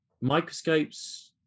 microscopes